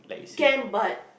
can but